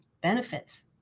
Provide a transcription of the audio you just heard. benefits